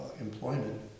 employment